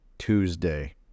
Tuesday